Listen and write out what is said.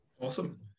Awesome